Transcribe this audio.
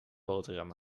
boterhammen